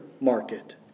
market